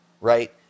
Right